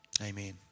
Amen